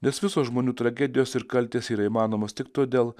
nes visos žmonių tragedijos ir kaltės yra įmanomos tik todėl